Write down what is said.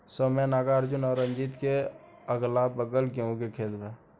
सौम्या नागार्जुन और रंजीत के अगलाबगल गेंहू के खेत बा